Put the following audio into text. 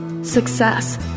success